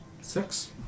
Six